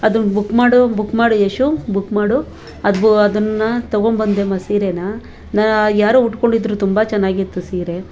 ಅದನ್ನು ಬುಕ್ ಮಾಡು ಬುಕ್ ಮಾಡು ಯಶು ಬುಕ್ ಮಾಡು ಅದು ಅದನ್ನು ತೊಗೊಂಬಂದ್ಯಮ್ಮಾ ಸೀರೆನ ಯಾರೋ ಉಟ್ಕೊಂಡಿದ್ರು ತುಂಬ ಚನ್ನಾಗಿತ್ತು ಸೀರೆ